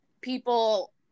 people